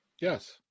Yes